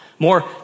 more